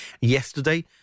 yesterday